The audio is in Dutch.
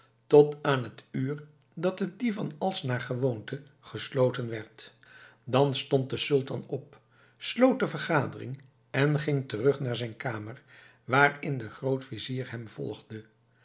tot aan het uur dat de divan als naar gewoonte gesloten werd dan stond de sultan op sloot de vergadering en ging terug naar zijn kamer waarin de grootvizier hem volgde